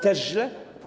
Też źle?